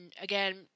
again